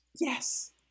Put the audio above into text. Yes